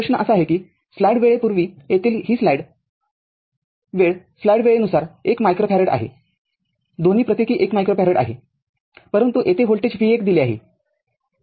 तर प्रश्न असा आहे की स्लाइड वेळेपूर्वी येथील ही स्लाईड वेळ स्लाईड वेळेनुसार हे १ मायक्रोफॅरेड आहे दोन्ही प्रत्येकी १ मायक्रोफॅरेड आहे परंतु येथे व्होल्टेज v१ दिले आहे